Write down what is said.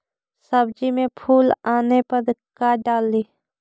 सब्जी मे फूल आने पर का डाली?